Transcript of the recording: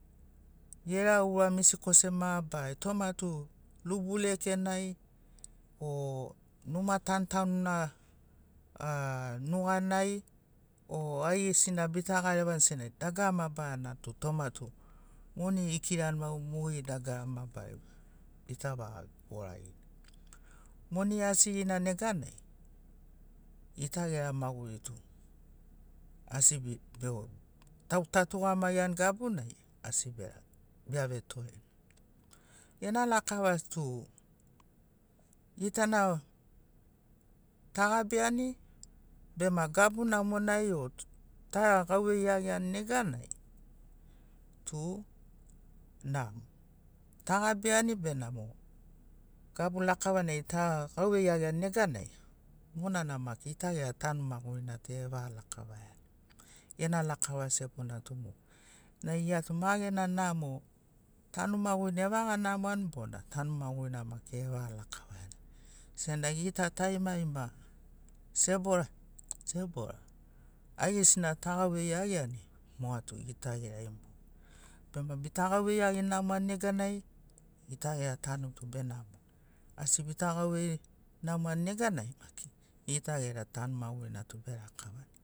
Moni urariai mase egorani moni uranai tanu maguri erakavani vegarago evedabuni vetari kaka magurina erakavani ta lemani ta gabi toreni ta vevagi masemaseni nega tari tave tavini maino etaviani ena lakava tu moga au geregagu ai tu bakirani mai moni barauna maiga tu au gegu kiragi kiragi dagarana guba vere tamara barau tanobarai ta asi barau moni tu barau moni bekirani dagara bova gorani vaga ilailanai ini toma magurina goi aigesina ma gemu ma gamu senagi kara ta nova goraia botoni neganai asi begorani.